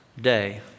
day